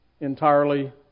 entirely